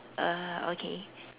uh okay